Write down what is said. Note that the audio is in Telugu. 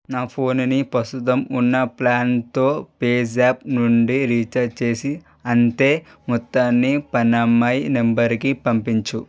నా ఫోనుని ప్రస్తుతం ఉన్న ప్లాన్తో పేజాప్ నుండి రీఛార్జి చేసి అంతే మొత్తాన్ని పని అమ్మాయి నంబరుకి పంపించుము